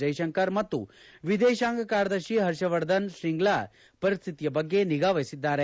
ಜೈಶಂಕರ್ ಮತ್ತು ವಿದೇಶಾಂಗ ಕಾರ್ಯದರ್ಶಿ ಹರ್ಷವರ್ಧನ್ ಶ್ರಿಂಗ್ಲಾ ಪರಿಸ್ಲಿತಿಯ ಬಗ್ಗೆ ನಿಗಾ ವಹಿಸಿದ್ದಾರೆ